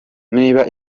niba